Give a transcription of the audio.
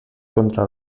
contra